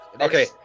Okay